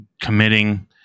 committing